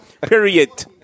Period